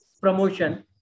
promotion